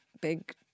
big